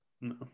no